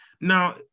Now